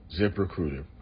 ZipRecruiter